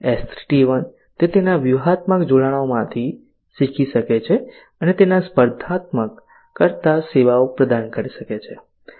S3 T1 તે તેના વ્યૂહાત્મક જોડાણોમાંથી શીખી શકે છે અને તેના સ્પર્ધક કરતાં સેવાઓ પ્રદાન કરી શકે છે